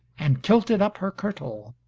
and kilted up her kirtle,